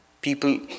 people